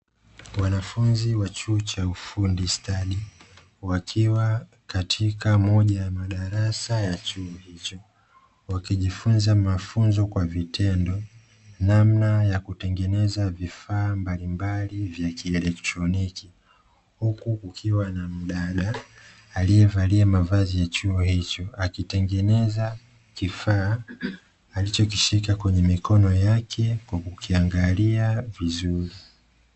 Wanafunzi wa chuo cha ufundi stadi wakiwa katika moja ya madarasa ya chuo hicho wakijifunza mafunzo kwa vitendo namna ya kutengeneza vifaa mbalimbali vya kielektroniki, huku kukiwa na mdada aliyevalia mavazi ya chuo hicho akitengeneza kifaa alichokishika kwenye mikono yake kwa kukiangalia vizuri.